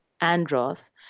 andros